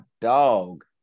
dog